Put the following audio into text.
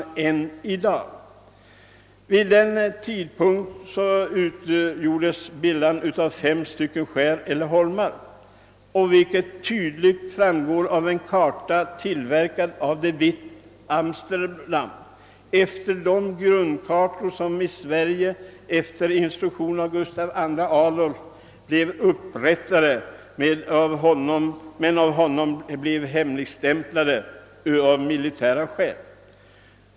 Vid denna tidpunkt utgjordes Bilhamn av fem stycken skär eller holmar, vilket tydligt framgår av en karta tillverkad av De Witt, Amsterdam, efter de grundkartor som i Sverige efter instruktion av Gustaf II Adolf blev upprättade men av honom hemligstämplade av militära skäl.